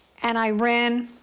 and i ran